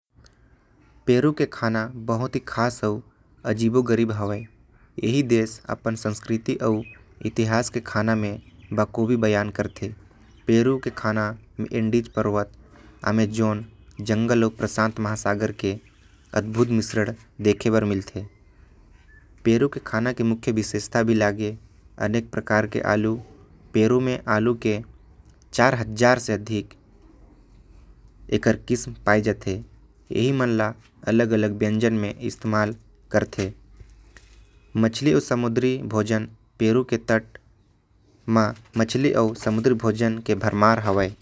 पेरू हर अपन खाना म अपन संस्कृति अउ। इतिहास के बखूबी बयान करथे। पेरू के खाना म इंडीज पर्वत अमेज़न जंगल अउ प्रशांत महासागर के मिश्रण देखे बर मिलथे। पेरू म आलू के चार हजार अलग अलग किस्म मिलथे। अउ समुद्री खाना के भरमार होथे।